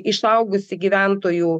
išaugusį gyventojų